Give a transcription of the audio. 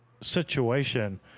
situation